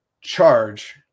charge